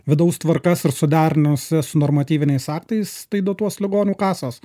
vidaus tvarkas ir suderinus jas su normatyviniais aktais tai dotuos ligonių kasos